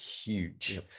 huge